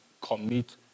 commit